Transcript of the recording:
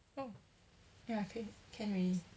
oh ya K can already